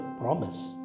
promise